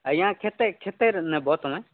ଆଜ୍ଞା କେତେ କେତେରେ ନେବ ତୁମେ